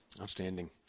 Outstanding